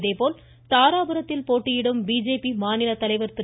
இதேபோல் தாராபுரத்தில் போட்டியிடும் பிஜேபி மாநிலத் தலைவர் திரு